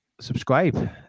subscribe